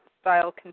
style